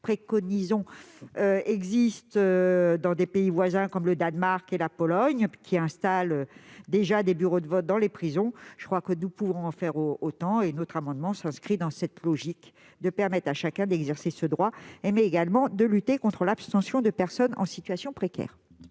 préconisons existent déjà dans des pays comme le Danemark ou la Pologne, qui installent des bureaux de vote dans les prisons. Nous pouvons en faire autant. Notre amendement s'inscrit dans cette logique de permettre à chacun d'exercer ce droit, mais également de lutter contre l'abstention de personnes en situation précaire.